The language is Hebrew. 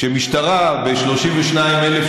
את ביקשת לשאול שאלה נוספת,